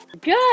good